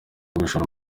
gushora